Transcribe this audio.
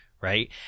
Right